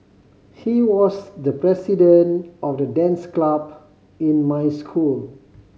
he was the president of the dance club in my school